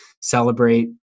celebrate